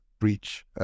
breach